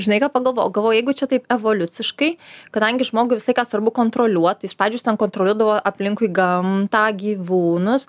žinai ką pagalvojau galvoju jeigu čia taip evoliuciškai kadangi žmogui visą laiką svarbu kontroliuot tai iš pradžių jis ten kontroliuodavo aplinkui gamtą gyvūnus